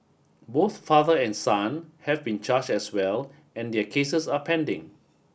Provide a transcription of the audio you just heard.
both father and son have been charge as well and their cases are pending